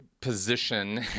position